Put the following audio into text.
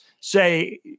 say